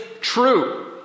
true